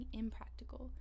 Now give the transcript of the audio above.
impractical